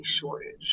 shortage